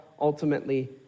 ultimately